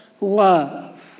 Love